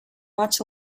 much